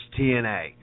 TNA